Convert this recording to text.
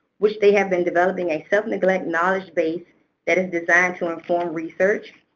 which they have been developing a self-neglect knowledge space that is designed to inform research.